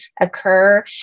occur